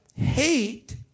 hate